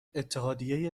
اتحادیه